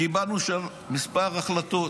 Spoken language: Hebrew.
קיבלנו שם כמה החלטות.